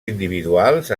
individuals